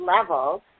level